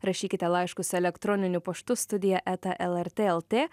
rašykite laiškus elektroniniu paštu studija eta lrt lt